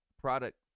product